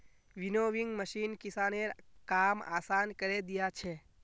winnowing machine किसानेर काम आसान करे दिया छे